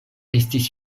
estis